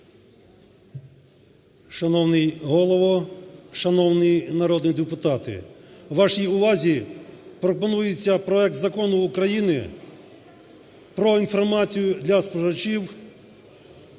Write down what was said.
Шановний Голово! Шановні народні депутати! Вашій увазі пропонується проект Закону України про інформацію для споживачів